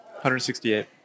168